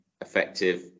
effective